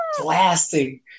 blasting